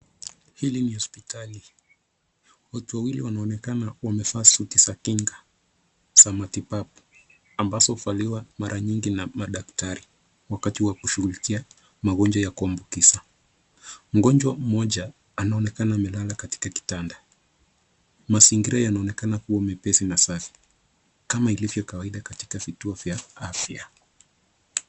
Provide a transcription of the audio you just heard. Hili ni hospitali. Watu wawili wanaonekana wamevaa suti za kinga za matibabu, ambazo huvaliwa mara nyingi na madaktari wakati wa kushughulikia magonjwa ya kuambukiza. Mgonjwa mmoja anaonekana amelala katika kitanda. Mazingira yanaonekana kuwa mepesi na safi, kama ilivyo kawaida katika vituo vya afya.